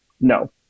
No